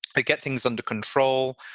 they get things under control.